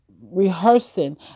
rehearsing